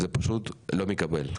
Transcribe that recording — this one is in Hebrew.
זה פשוט לא מתקבל.